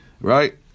Right